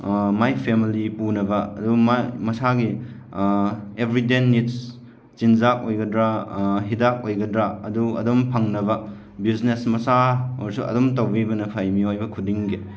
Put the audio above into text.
ꯃꯥꯏ family ꯄꯨꯅꯕ ꯑꯗꯨꯝ ꯃꯥ ꯃꯁꯥꯒꯤ ꯑꯦꯚ꯭ꯔꯤꯗꯦ ꯅꯤꯗꯁ ꯆꯤꯟꯖꯥꯛ ꯑꯣꯏꯒꯗ꯭ꯔꯥ ꯍꯤꯗꯥꯛ ꯑꯣꯏꯒꯗ꯭ꯔꯥ ꯑꯗꯨ ꯑꯗꯨꯝ ꯐꯪꯅꯕ ꯕꯤꯎꯖꯤꯅꯦꯁ ꯃꯆꯥ ꯑꯣꯏꯔꯁꯨ ꯑꯗꯨꯝ ꯇꯧꯕꯤꯕꯅ ꯐꯩ ꯃꯤꯑꯣꯏꯕ ꯈꯨꯗꯤꯡꯒꯤ